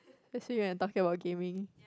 let say we are talking about gaming